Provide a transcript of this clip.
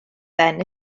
ben